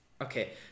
Okay